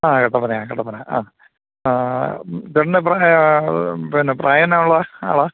ആ കട്ടപ്പനയാ കട്ടപ്പന ആ ആ ബെൻ ഏബ്രഹാം പിന്നെ പ്രായെന്നാ ഉള്ള ആളാണ്